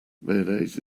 mayonnaise